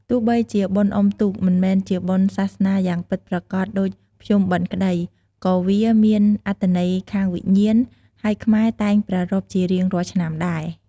ទោះបីជាបុណ្យអុំទូក មិនមែនជាបុណ្យសាសនាយ៉ាងពិតប្រាកដដូចភ្ជុំបិណ្ឌក្ដី ក៏វាមានអត្ថន័យខាងវិញ្ញាណ ហើយខ្មែរតែងប្រារព្ធជារៀងរាល់ឆ្នាំដែរ ។